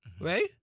Right